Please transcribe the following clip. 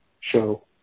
show